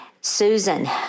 Susan